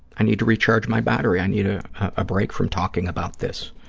i need to recharge my battery, i need a break from talking about this,